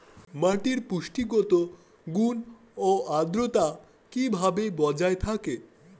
মাটির পুষ্টিগত গুণ ও আদ্রতা কিভাবে বজায় থাকবে?